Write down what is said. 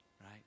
right